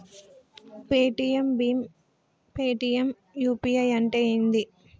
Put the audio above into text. Paytm భీమ్ Paytm UPI అంటే ఏంది?